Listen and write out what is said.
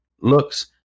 looks